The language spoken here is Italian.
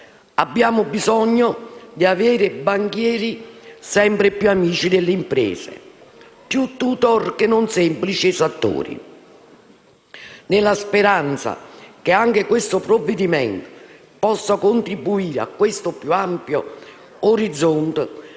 Abbiamo bisogno di avere banchieri sempre più amici delle imprese: più *tutor* che non semplici esattori. Nella speranza che anche questo provvedimento possa contribuire a questo più ampio orizzonte,